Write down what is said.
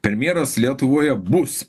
premjeras lietuvoje bus